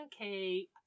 okay